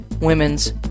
women's